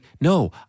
no